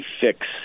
fix